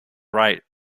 right